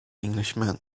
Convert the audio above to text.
englishman